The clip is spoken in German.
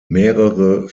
mehrere